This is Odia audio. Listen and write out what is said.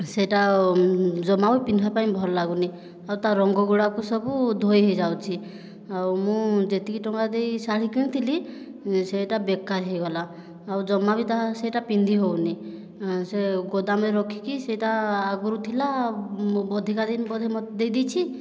ସେ'ଟା ଯମା ଆଉ ପିନ୍ଧିବା ପାଇଁ ଭଲ ଲାଗୁନି ଆଉ ତା ରଙ୍ଗ ଗୁଡ଼ାକ ସବୁ ଧୋଇହୋଇଯାଉଛି ଆଉ ମୁଁ ଯେତିକି ଟଙ୍କା ଦେଇ ଶାଢ଼ୀ କିଣିଥିଲି ସେ'ଟା ବେକାର ହୋଇଗଲା ଆଉ ଯମା ବି ତାହା ସେ'ଟା ପିନ୍ଧିହେଉନାହିଁ ସେ ଗୋଦାମରେ ରଖିକି ସେ'ଟା ଆଗରୁ ଥିଲା ଅଧିକା ଦିନ ବୋଧେ ମୋତେ ଦେଇଦେଇଛି